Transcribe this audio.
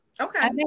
Okay